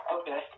Okay